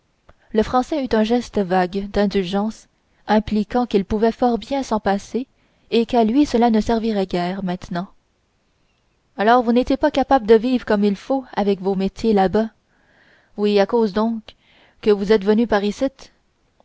le français eut un geste vague d'indulgence impliquant quels pouvaient fort bien s'en passer et qu'à lui cela ne servirait guère maintenant alors vous n'étiez pas capables de vivre comme il faut avec vos métiers là-bas oui à cause donc que vous êtes venus par icitte